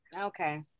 Okay